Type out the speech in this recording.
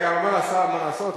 אתה גם אומר לשר מה לעשות,